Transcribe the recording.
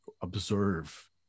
observe